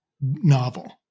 novel